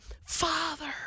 father